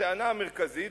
הטענה המרכזית,